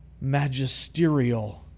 magisterial